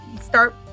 start